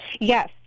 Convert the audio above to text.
Yes